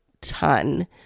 ton